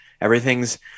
Everything's